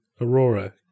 Aurora